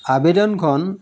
আবেদনখন